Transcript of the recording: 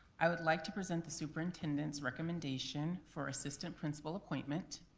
i would like to present the superintendent's recommendation for assistant principal appointment.